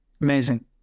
Amazing